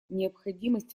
необходимость